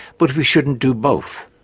but we shouldn't do both.